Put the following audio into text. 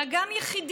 אלא גם יחידים.